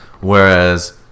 Whereas